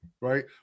right